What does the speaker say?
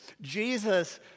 Jesus